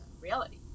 reality